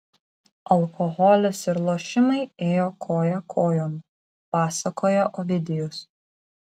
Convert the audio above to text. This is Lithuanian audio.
alkoholis ir lošimai ėjo koja kojon pasakoja ovidijus